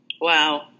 Wow